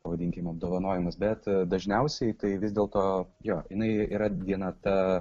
pavadinkim apdovanojimas bet dažniausiai tai vis dėl to jo jinai yra diena ta